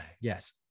yes